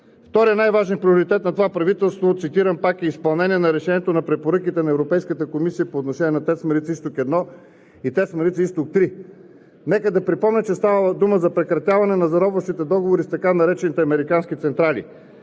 Вторият най-важен приоритет на това правителство – цитирам пак, е: „Изпълнение на решението на препоръките на Европейската комисия по отношение на „ТЕЦ Марица изток 1“ и „ТЕЦ Марица изток 3“. Нека да припомня, че става дума за прекратяване на заробващите договори с така наречените американски централи.